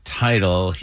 title